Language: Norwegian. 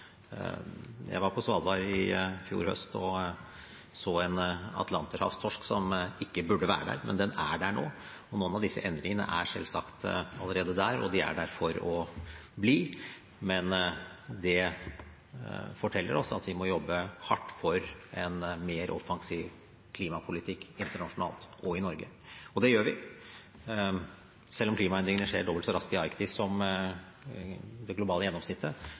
Jeg var på Svalbard i fjor høst og så en atlanterhavstorsk som ikke burde være der, men den er der nå. Noen av disse endringene er selvsagt allerede der, og de er der for å bli. Det forteller oss at vi må jobbe hardt for en mer offensiv klimapolitikk – internasjonalt og i Norge. Det gjør vi. Selv om klimaendringene skjer dobbelt så raskt i Arktis som det globale gjennomsnittet,